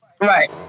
right